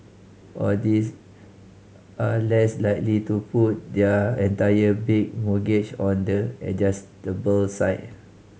or these are less likely to put their entire big mortgage on the adjustable side